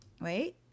wait